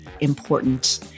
important